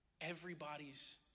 Everybody's